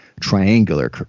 triangular